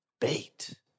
Bait